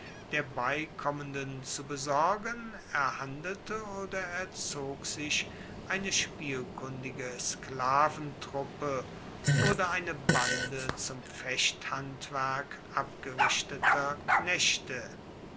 der beikommenden zu besorgen erhandelte oder erzog sich eine spielkundige sklaventruppe oder eine bande zum fechthandwerk abgerichteter knechte